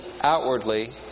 outwardly